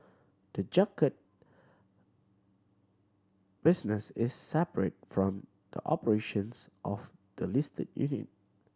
the junket business is separate from the operations of the listed unit